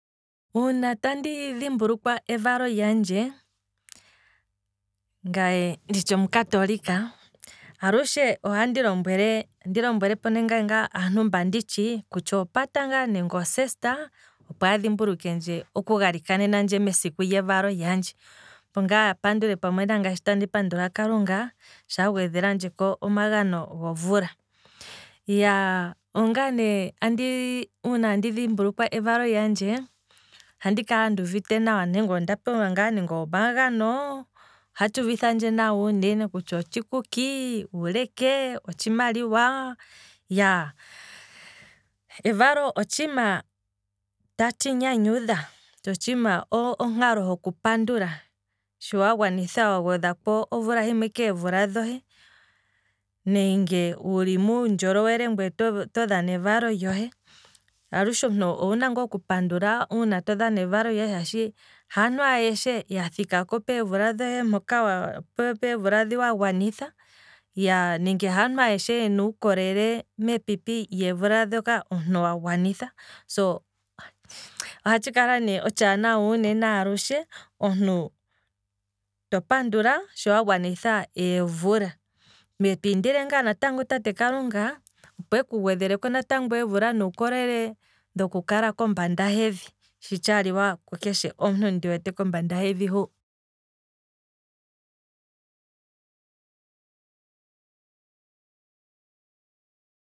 Uuna tandi dhimbulukwa evalo lyandje, nditsha ngaye omukatoolika, alushe ohandi lombwele, andi lombwele po ngaa nande aantu mba nditshi kutya oopata ngaa nenge oosesita opo ya dhimbulukwe oku galikanena ndje mesiku lyevalo lyandje, opongaa apandule pamwe nangaye sho tandi pandula kalunga, sho a gwedhelandjeko omagano gomvula, iyaa, onga ne uuna andi dhimbulukwa evalo lyandje, ohandi kala nduuvite nawa nenge onda pewa ngaa ne omagano, ohatshi uvithandje nawa uunene, kutya otshikuki, uuleke, otshimaliwa, iyaaa, evalo otshiima tatshi nyanyudha, ho onkalo hoku pandula sho wagwanitha, wa gwedhako omvula himwe keevula dhohe, nenge wuli muundjolowele ngweye oto dhana evalo lyohe, alushe owuna ngaa oku pandula todhana evalo lyohe shaashi, haantu ayeshe ya thikapo peevula dhohe mpoka, peevula dhi wa gwanitha, nenge haantu ayeshe yena uukolele mepipi lyeemvula dhoka omuntu wa gwanitha, so, ohatshi kala ne otshaanawa uunene alushe omuntu to pandula sho wa gwanitha eemvula, ngwee twiindile natango tate kalunga, opo eku gwedheleko eemvula nuukolele woku kala kombanda hevi, shi tshaa liwa kukeshe omuntu ndi wete kombanda hevi hu.